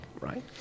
Right